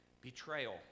betrayal